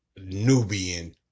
Nubian